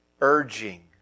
urging